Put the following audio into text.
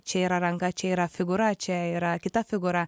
čia yra ranka čia yra figūra čia yra kita figūra